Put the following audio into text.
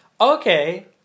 Okay